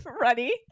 Ready